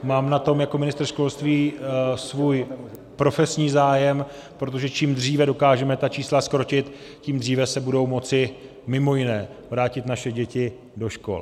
Mám na tom jako ministr školství svůj profesní zájem, protože čím dříve dokážeme ta čísla zkrotit, tím dříve se budou moci mimo jiné vrátit naše děti do škol.